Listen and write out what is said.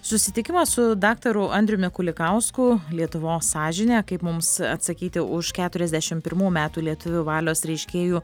susitikimas su daktaru andriumi kulikausku lietuvos sąžinė kaip mums atsakyti už keturiasdešimt pirmų metų lietuvių valios reiškėjų